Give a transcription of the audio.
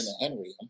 Henry